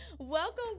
welcome